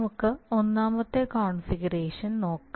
നമുക്ക് ഒന്നാമത്തെ കോൺഫിഗറേഷൻ നോക്കാം